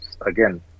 again